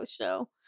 show